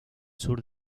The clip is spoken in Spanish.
sur